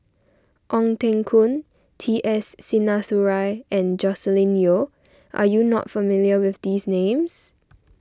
Ong Teng Koon T S Sinnathuray and Joscelin Yeo are you not familiar with these names